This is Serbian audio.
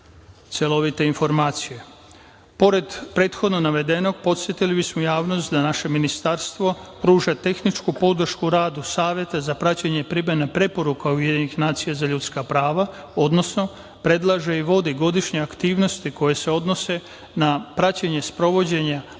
celovite informacije. Pored prethodno navedenog, podsetili bismo javnost da naše ministarstvo pruža tehničku podršku radu Saveta za praćenje i primenu preporuka UN za ljudska prava, odnosno predlaže i vodi godišnje aktivnosti koje se odnose na praćenje i sprovođenja